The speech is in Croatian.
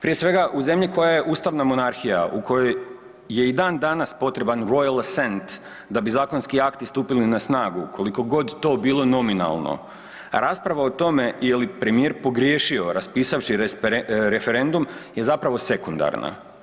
Prije svega, u zemlji koja je ustavna monarhija, u kojoj je i dan danas potreban „royal assent“ da bi zakonski akti stupili na snagu, koliko god to bilo nominalno, rasprava o tome je li premijer pogriješio raspisavši referendum je zapravo sekundarna.